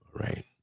right